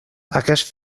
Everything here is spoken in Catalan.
aquest